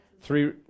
Three